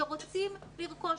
שרוצים לרכוש.